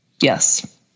yes